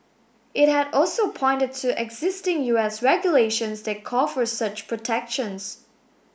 it had also pointed to existing U S regulations that call for such protections